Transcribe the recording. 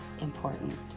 important